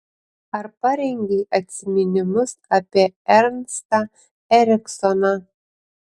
ar parengei atsiminimus apie ernstą eriksoną